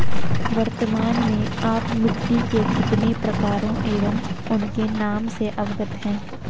वर्तमान में आप मिट्टी के कितने प्रकारों एवं उनके नाम से अवगत हैं?